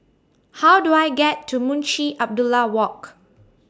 How Do I get to Munshi Abdullah Walk